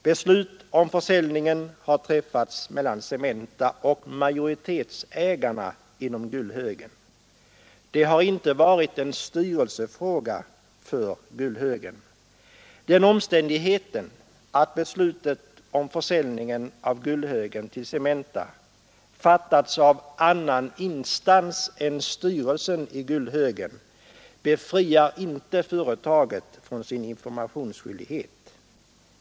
Beslut om försäljningen har träffats mellan Cementa och majoritetsägarna inom Gullhögen. Det har inte varit en styrelsefråga för Gullhögen. Den omständigheten att beslutet om försäljningen av Gullhögen till Cementa fattats av annan instans än styrelsen i Gullhögen befriade inte företaget från informationsskyldighet.